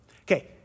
Okay